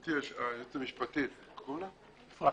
גברתי היועצת המשפטית, אפרת: